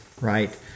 right